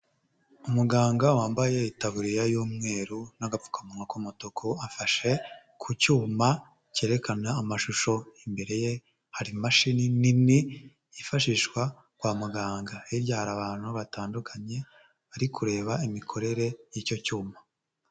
Umuganga wambaye itaburiya y'umweru n'agapfukamunwa k'umutuku, afashe ku cyuma cyerekana amashusho, imbere ye hari imashini nini yifashishwa kwa muganga, hirya hari abantu batandukanye bari kureba imikorere y'icyo cyuma.